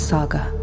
Saga